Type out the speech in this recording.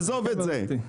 עזוב את זה.